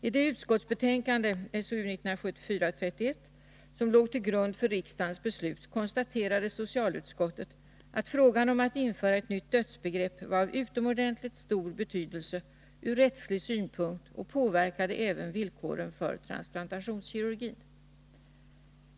I det utskottsbetänkande som låg till grund för riksdagens beslut konstaterade socialutskottet att frågan om att införa ett nytt dödsbegrepp var av utomordentligt stor betydelse ur rättslig synpunkt och även påverkade villkoren för transplantationskirurgin.